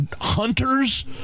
hunters